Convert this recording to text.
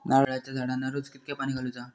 नारळाचा झाडांना रोज कितक्या पाणी घालुचा?